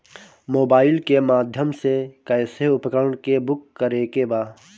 Mobile के माध्यम से कैसे उपकरण के बुक करेके बा?